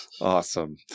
Awesome